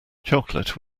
chocolate